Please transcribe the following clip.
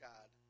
God